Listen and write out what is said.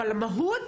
אבל המהות